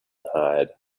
hide